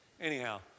anyhow